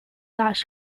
大厦